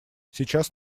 сейчас